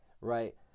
right